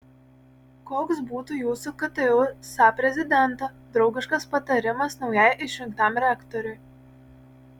koks būtų jūsų kaip ktu sa prezidento draugiškas patarimas naujai išrinktam rektoriui